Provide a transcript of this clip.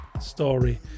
story